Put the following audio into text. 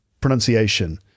pronunciation